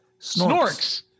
Snorks